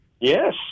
Yes